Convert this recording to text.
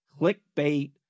clickbait